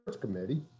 committee